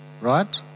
right